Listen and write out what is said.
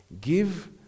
Give